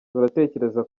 turatekereza